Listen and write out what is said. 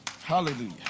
Hallelujah